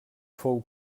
fou